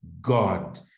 God